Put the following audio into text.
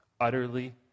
utterly